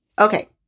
Okay